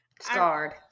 Scarred